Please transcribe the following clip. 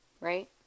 right